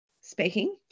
speaking